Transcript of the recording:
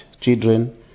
children